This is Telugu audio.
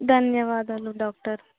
ధన్యవాదాలు డాక్టర్